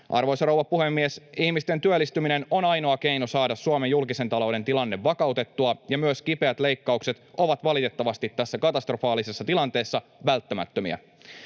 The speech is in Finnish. Arvoisa rouva puhemies! Ihmisten työllistyminen on ainoa keino saada Suomen julkisen talouden tilanne vakautettua, ja myös kipeät leikkaukset ovat valitettavasti tässä katastrofaalisessa tilanteessa välttämättömiä.